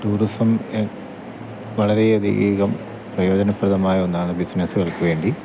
tourism വളരെയധികം പ്രായോജനപ്രദമായ ഒന്നാണ് ബിസിനസ്സുകൾക്ക് വേണ്ടി